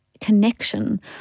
connection